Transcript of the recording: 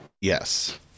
yes